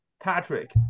Patrick